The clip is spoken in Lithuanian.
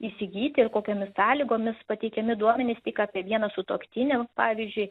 įsigyti ir kokiomis sąlygomis pateikiami duomenys tik apie vieną sutuoktinį pavyzdžiui